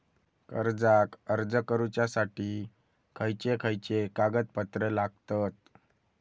कर्जाक अर्ज करुच्यासाठी खयचे खयचे कागदपत्र लागतत